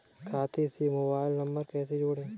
खाते से mobile number कैसे जोड़ें?